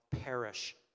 perish